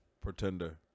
Pretender